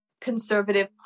conservative